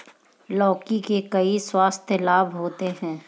लौकी के कई स्वास्थ्य लाभ होते हैं